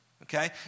Okay